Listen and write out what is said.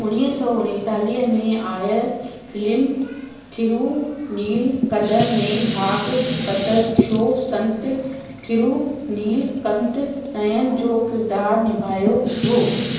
उणिवीह सौ उणेतालीह में आयल फिल्म थिरुनीलकदर में भागवतर छो संत थिरुनीलकंद नयन जो किरदारु निभायो हो